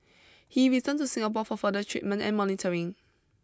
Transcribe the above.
he returned to Singapore for further treatment and monitoring